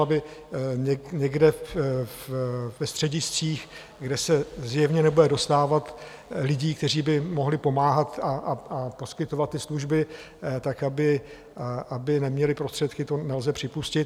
Aby někde ve střediscích, kde se zjevně nebude dostávat lidí, kteří by mohli pomáhat a poskytovat služby, aby neměli prostředky, to nelze připustit.